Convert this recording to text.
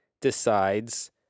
decides